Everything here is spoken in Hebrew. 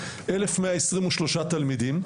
אלף מאה עשרים ושלושה תלמידים,